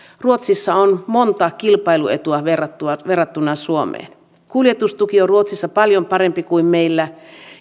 ruotsissa on monta kilpailuetua verrattuna verrattuna suomeen kuljetustuki on ruotsissa paljon parempi kuin meillä